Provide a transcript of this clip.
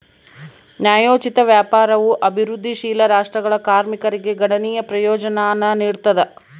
ನ್ಯಾಯೋಚಿತ ವ್ಯಾಪಾರವು ಅಭಿವೃದ್ಧಿಶೀಲ ರಾಷ್ಟ್ರಗಳ ಕಾರ್ಮಿಕರಿಗೆ ಗಣನೀಯ ಪ್ರಯೋಜನಾನ ನೀಡ್ತದ